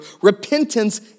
Repentance